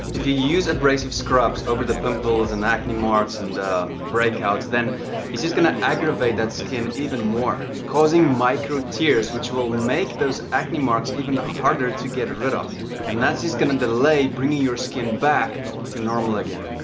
if you use abrasive scrubs over the pimples and acne marks and breakouts then it's just gonna aggravate that skin even more causing micro-tears which will make those acne marks even harder to get rid of and that's just gonna delay bringing your skin back to normal again